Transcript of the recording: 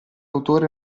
autore